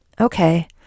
okay